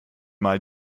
mal